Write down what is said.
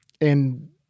and-